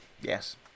yes